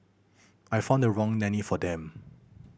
I found the wrong nanny for them